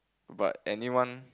but anyone